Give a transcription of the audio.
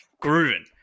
grooving